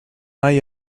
hay